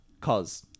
cause